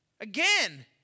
Again